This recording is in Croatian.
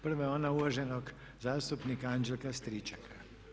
Prva je ona uvaženog zastupnika Anđelka Stričaka.